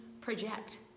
project